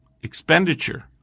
expenditure